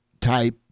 type